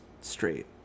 straight